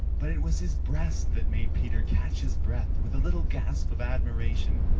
but it was his breast that made peter catch his breath with a little gasp of admiration,